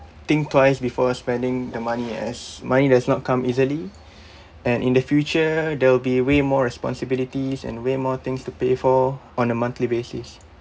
think twice before spending the money as money does not come easily and in the future there'll be way more responsibilities and way more things to pay for on a monthly basis